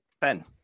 Ben